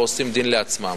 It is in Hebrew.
ועושים דין לעצמם.